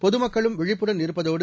பொதுமக்களும் விழிப்புடன் இருப்பதோடு